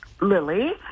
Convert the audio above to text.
lily